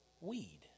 weed